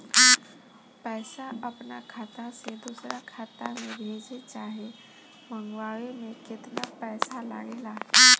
पैसा अपना खाता से दोसरा खाता मे भेजे चाहे मंगवावे में केतना पैसा लागेला?